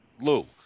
Lou